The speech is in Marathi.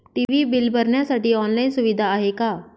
टी.वी बिल भरण्यासाठी ऑनलाईन सुविधा आहे का?